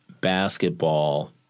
basketball